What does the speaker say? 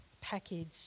package